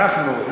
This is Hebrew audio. אנחנו,